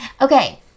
Okay